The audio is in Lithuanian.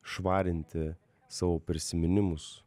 švarinti savo prisiminimus